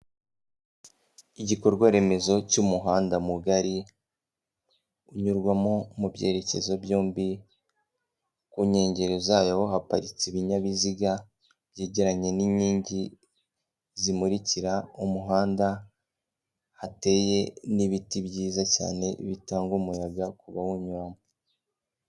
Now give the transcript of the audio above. Igikorwa remezo cy'umuhanda mugari unyurwamo mu byerekezo byombi, ku nkengero zawo haparitse ibinyabiziga byegeranye n'inkingi zimurikira umuhanda, hateye n'ibiti byiza cyane bitanga umuyaga kubawunyuramo.